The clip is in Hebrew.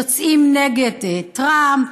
יוצאים נגד טראמפ,